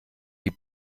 die